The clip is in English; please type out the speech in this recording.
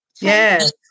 Yes